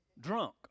Drunk